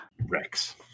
Rex